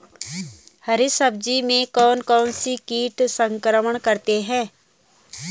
हरी सब्जी में कौन कौन से कीट संक्रमण करते हैं?